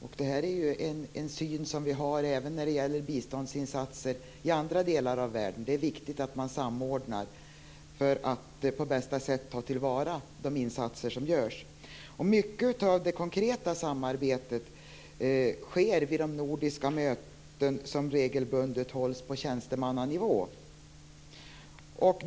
Och det här är ju en syn som vi har även när det gäller biståndsinsatser i andra delar av världen. Det är viktigt att man samordnar för att på bästa sätt ta tillvara de insatser som görs. Mycket av det konkreta samarbetet sker vid de nordiska möten som regelbundet hålls på tjänstemannanivå.